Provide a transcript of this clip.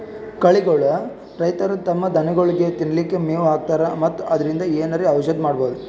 ಕಳಿಗೋಳ್ ರೈತರ್ ತಮ್ಮ್ ದನಗೋಳಿಗ್ ತಿನ್ಲಿಕ್ಕ್ ಮೆವ್ ಹಾಕ್ತರ್ ಮತ್ತ್ ಅದ್ರಿನ್ದ್ ಏನರೆ ಔಷದ್ನು ಮಾಡ್ಬಹುದ್